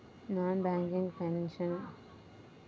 Non banking financial కంపెనీల ఉదాహరణలు ఏమిటి?